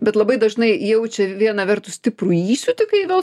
bet labai dažnai jaučia viena vertus stiprų įsiūtį kai vėl